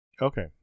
Okay